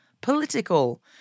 political